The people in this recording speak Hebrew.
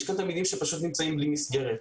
יש כאן תלמידים שפשוט נמצאים בלי מסגרת.